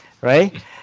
right